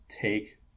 take